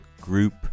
group